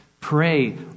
Pray